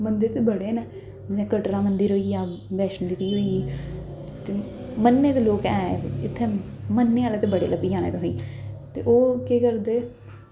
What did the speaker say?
मंदर ते बड़े न जि'यां कटरा मंदर होइयै बैष्णो देवी होई मन्ने दे लोग ऐं इत्थै मनने आह्ले ते बड़े लब्भी जाने तुसेंगी ते ओह् केह् करदे